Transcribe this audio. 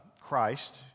Christ